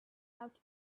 out